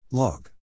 log